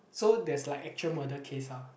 so there's like actual murder case ah